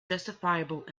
justifiable